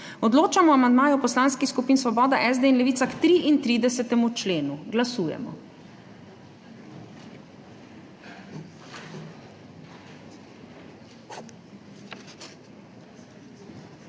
Odločamo o amandmaju poslanskih skupin Svoboda, SD in Levica k 35. členu. Glasujemo.